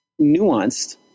nuanced